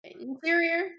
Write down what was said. interior